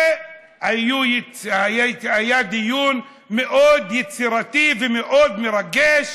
והיה דיון מאוד יצירתי ומאוד מרגש,